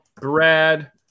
Brad